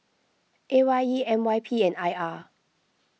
A Y E M Y P and I R